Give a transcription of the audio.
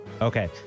Okay